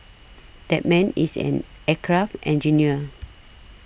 that man is an aircraft engineer